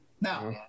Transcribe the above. now